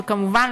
וכמובן,